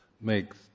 makes